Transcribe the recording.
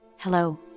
Hello